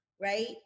right